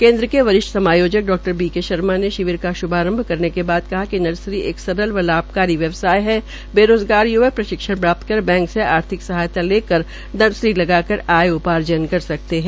केन्द्र के वरिष्ठ समायोजक डॉ बी के शर्मा ने शिविर का श्भारंभ करने के बाद कहा कि नर्सरी एक सरल व लाभकारी व्यवसाय है बेरोज़गार य्वक प्रशिक्षण प्राप्त कर बैंक से आर्थिक सहायता लेकर नर्सरी लगाकर आय उपार्जन कर सकते है